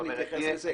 תכף נתייחס לזה.